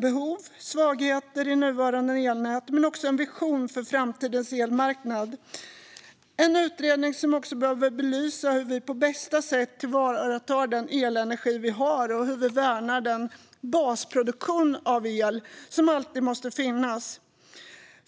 behov, svagheter i nuvarande elnät, men också en vision för framtidens elmarknad. Det är en utredning som också behöver belysa hur vi på bästa sätt tillvaratar den elenergi vi har och hur vi värnar den basproduktion av el som alltid måste finnas.